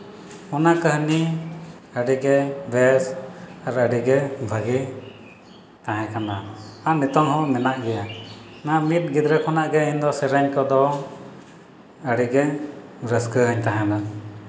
ᱚᱱᱟ ᱠᱟᱹᱦᱱᱤ ᱟᱹᱰᱤ ᱜᱮ ᱵᱮᱥ ᱟᱨ ᱟᱹᱰᱤ ᱜᱮ ᱵᱷᱟᱹᱜᱤ ᱛᱟᱦᱮᱸ ᱠᱟᱱᱟ ᱟᱨ ᱱᱤᱛᱚᱜ ᱦᱚᱸ ᱢᱮᱱᱟᱜ ᱜᱮᱭᱟ ᱱᱚᱣᱟ ᱢᱤᱫ ᱜᱤᱫᱽᱨᱟᱹ ᱠᱷᱚᱱᱟᱜ ᱜᱮ ᱤᱧ ᱫᱚ ᱥᱮᱨᱮᱧ ᱠᱚᱫᱚ ᱟᱹᱰᱤ ᱨᱟᱹᱥᱠᱟᱹ ᱨᱮ ᱛᱟᱦᱮᱱᱟ